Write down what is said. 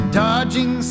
dodging